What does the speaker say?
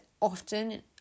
often